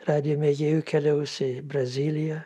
radijo mėgėjų keliaus į braziliją